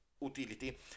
utility